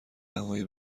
هوای